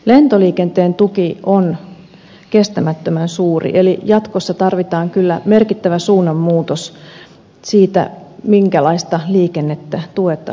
lentoliikenteen tuki on kestämättömän suuri eli jatkossa tarvitaan kyllä merkittävä suunnanmuutos siinä minkälaista liikennettä tuetaan